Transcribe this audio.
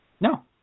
No